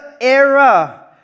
era